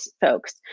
folks